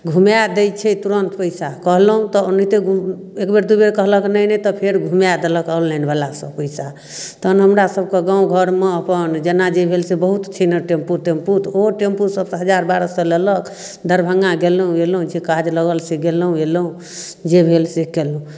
घुमा दै छै तुरन्त पइसा कहलहुँ तऽ ओनाहिते एकबेर दुइ बेर कहलक नहि नहि तऽ फेर घुमा देलक ऑनलाइनवलासब पइसा तहन हमरासभके गामघरमे अपन जेना जे भेल से बहुत छै ने टेम्पू तेम्पू तऽ ओ टेम्पू सबसँ हजार बारह सओ लेलक दरभङ्गा गेलहुँ अएलहुँ जे काज लागल से गेलहुँ अएलहुँ जे भेल से केलहुँ